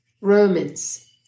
Romans